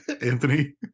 anthony